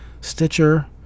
Stitcher